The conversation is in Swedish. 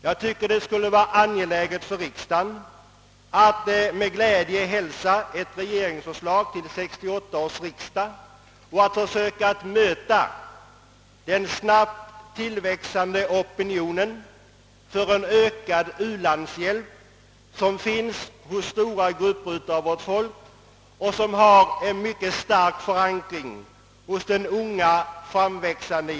Jag tycker det skulle vara angeläget för riksdagen att med glädje hälsa ett regeringsförslag till 1968 års riksdag och att försöka möta den snabbt tillväxande opinion för en ökad u-landshjälp som finns hos stora grupper av vårt folk och som har en mycket stark förankring hos den unga generationen.